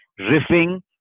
riffing